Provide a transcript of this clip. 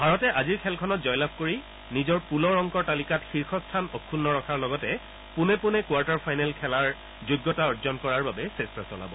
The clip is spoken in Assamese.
ভাৰতে আজিৰ খেলখনত জয়লাভ কৰি নিজৰ পূলৰ অংকৰ তালিকাত শীৰ্ষস্থান অক্ষুন্ন ৰখাৰ লগতে পোনে পোনে কোৱাৰ্টাৰ ফাইনেল খেলাৰ যোগ্যতা অৰ্জন কৰাৰ বাবে চেষ্টা চলাব